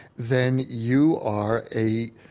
then you are a,